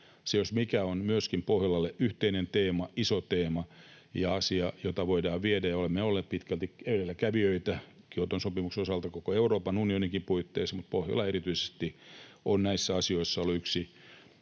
Se, jos mikä, on myöskin Pohjolalle yhteinen teema, iso teema, ja asia, jota voidaan viedä. Olemme olleet pitkälti edelläkävijöitä Kioton sopimuksen osalta koko Euroopan unioninkin puitteissa, mutta Pohjola erityisesti on näissä asioissa ollut yksi